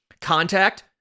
contact